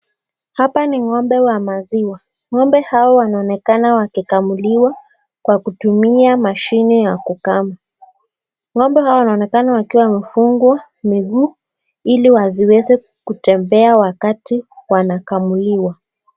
Hapa ni ng'ombe wa maziwa. Ng'ombe hawa wanaonekana wakikamuliwa kwa kutumia mashini ya kukama. Ng'ombe hawa wanaonekana wakiwa wamefungwa miguu ili wasiweze kutembea wakati wanakamuliwa.